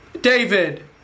David